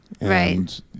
Right